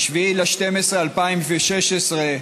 ב-7 בדצמבר 2016,